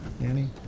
Annie